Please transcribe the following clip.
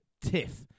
Tiff